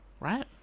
right